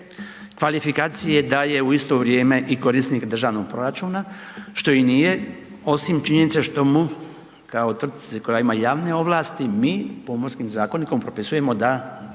kvalifikacije da je u isto vrijeme i korisnik državnog proračuna što i nije osim činjenice što mu kao tvrtci koja ima javne ovlasti, mi Pomorskom zakonikom propisujemo da